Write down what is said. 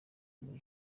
muri